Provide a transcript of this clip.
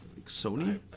Sony